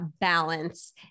balance